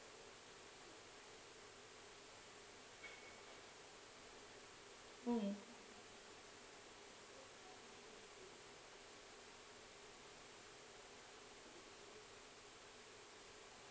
mm